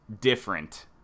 different